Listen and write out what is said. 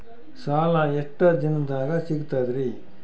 ಸಾಲಾ ಎಷ್ಟ ದಿಂನದಾಗ ಸಿಗ್ತದ್ರಿ?